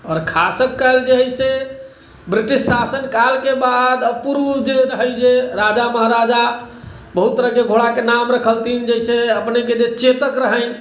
आओर खास कए कऽ जे हय से ब्रिटिश शासन काल के बाद अपूर्व जे रहै जे राजा महराजा बहुत तरहके घोड़ाके नाम रखलथिन जैसे अपने के जे चेतक रहै